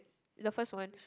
the first one